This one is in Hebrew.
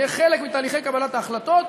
יהיה חלק מתהליכי קבלת ההחלטות,